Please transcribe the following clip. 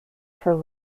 for